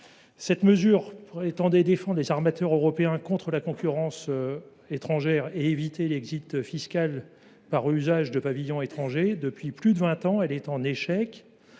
Gouvernement prétendait défendre les armateurs européens contre la concurrence étrangère et éviter l’exil fiscal par usage de pavillons étrangers. Or depuis plus de vingt ans, cette